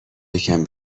یکم